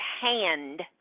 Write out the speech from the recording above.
hand